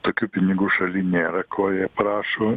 tokių pinigų šaly nėra ko jie prašo